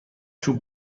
چوب